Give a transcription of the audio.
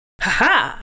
Ha-ha